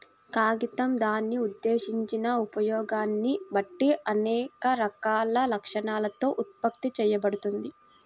కాగితం దాని ఉద్దేశించిన ఉపయోగాన్ని బట్టి అనేక రకాల లక్షణాలతో ఉత్పత్తి చేయబడుతుంది